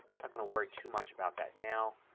not going to worry too much about that now.